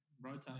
rotate